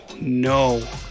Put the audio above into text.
no